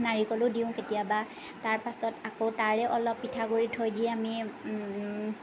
নাৰিকলো দিওঁ কেতিয়াবা তাৰ পাছত আকৌ তাৰে অলপ পিঠা গুৰি থৈ দি আমি